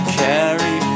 carry